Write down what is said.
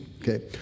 Okay